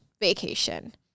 vacation